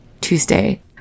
Tuesday